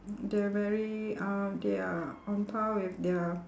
they are very uh they are on par with their